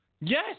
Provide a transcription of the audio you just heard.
Yes